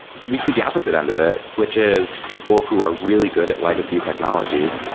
we see the opposite end of it, which is people who are really good at legacy technologies.